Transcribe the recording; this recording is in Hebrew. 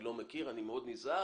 אני לא מכיר ואני מאוד נזהר,